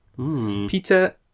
Peter